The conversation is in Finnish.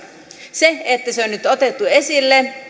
se että se on nyt otettu esille